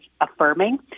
affirming